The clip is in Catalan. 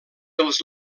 dels